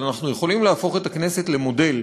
אבל אנחנו יכולים להפוך את הכנסת למודל